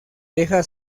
deja